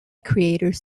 creators